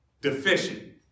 deficient